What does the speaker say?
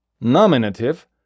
Nominative